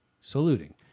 saluting